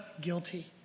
guilty